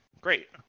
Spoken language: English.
great